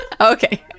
Okay